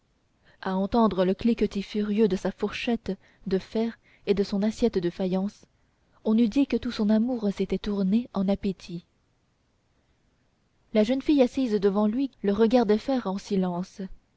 à entendre le cliquetis furieux de sa fourchette de fer et de son assiette de faïence on eût dit que tout son amour s'était tourné en appétit la jeune fille assise devant lui le regardait faire en silence